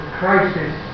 crisis